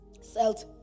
Salt